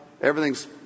Everything's